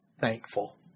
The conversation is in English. Thankful